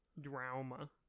Drama